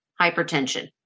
Hypertension